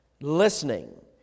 listening